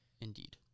Indeed